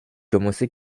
commencé